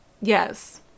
Yes